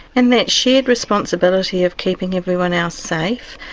and that shared responsibility of keeping everyone else safe,